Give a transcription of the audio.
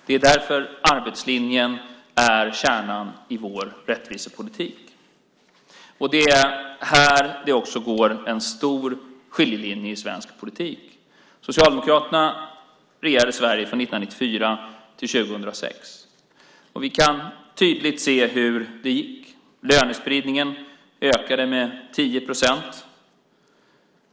Det är därför arbetslinjen är kärnan i vår rättvisepolitik, och det är här det också går en stor skiljelinje i svensk politik. Socialdemokraterna regerade Sverige från 1994 till 2006. Vi kan tydligt se hur det gick. Lönespridningen ökade med 10 procent.